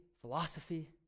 philosophy